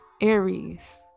Aries